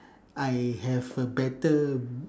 I have a better